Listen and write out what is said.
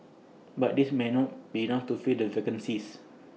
but this may not be enough to fill the vacancies